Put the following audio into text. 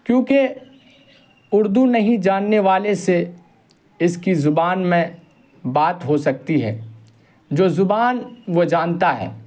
کیونکہ اردو نہیں جاننے والے سے اس کی زبان میں بات ہو سکتی ہے جو زبان وہ جانتا ہے